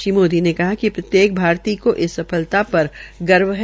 श्री मोदी ने कहा कि प्रत्येक भारतीय को इस सफलता पर गर्व है